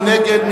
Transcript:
מי נגד?